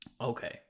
Okay